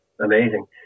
amazing